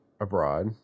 abroad